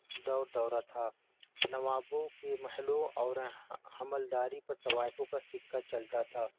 دور دورہ تھا نوابوں کے محلوں اور حملداری پر طوائفوں کا سکہ چلتا تھا